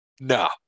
No